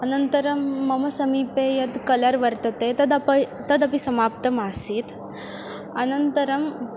अनन्तरं मम समीपे यत् कलर् वर्तते तदपि तदपि समाप्तमासीत् अनन्तरं